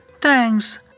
thanks